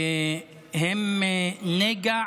הן נגע